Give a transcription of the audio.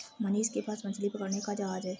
मनीष के पास मछली पकड़ने का जहाज है